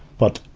but,